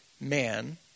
man